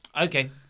Okay